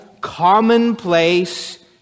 commonplace